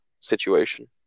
situation